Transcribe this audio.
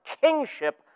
kingship